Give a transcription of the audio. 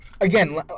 again